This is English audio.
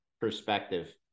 perspective